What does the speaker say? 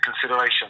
consideration